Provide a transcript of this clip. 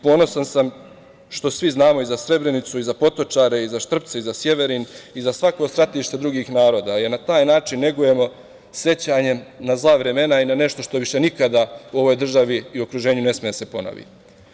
Ponosan sam što svi znamo i za Srebrenicu, i za Potočare, i za Štrpce, i za Sjeverin, i za svako stratište drugih naroda, jer na taj način negujemo sećanje na zla vremena i na nešto što više nikada u ovoj državi i okruženju ne sme da se ponovi.